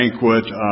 banquet